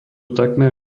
takmer